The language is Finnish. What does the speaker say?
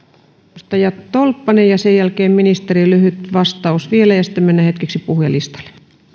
edustaja tolppanen ja sen jälkeen ministerille lyhyt vastaus vielä mennään hetkeksi puhujalistalle